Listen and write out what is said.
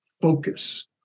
FOCUS